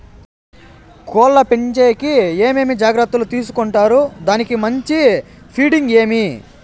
కోళ్ల పెంచేకి ఏమేమి జాగ్రత్తలు తీసుకొంటారు? దానికి మంచి ఫీడింగ్ ఏమి?